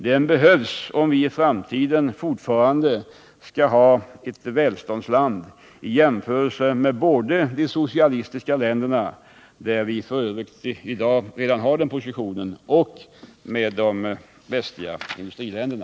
Den behövs om vi i framtiden fortfarande skall vara ett välståndsland i jämförelse med både de socialistiska länderna, där vi f. ö. i dag redan har den positionen, och de västliga industriländerna.